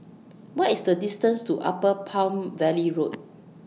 What IS The distance to Upper Palm Valley Road